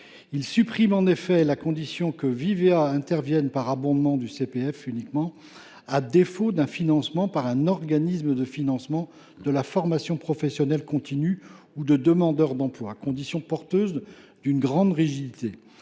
aux termes de laquelle Vivea intervient par abondement du CPF uniquement « à défaut d’un financement par un organisme de financement de la formation professionnelle continue ou de demandeurs d’emploi », qui est porteuse d’une grande rigidité.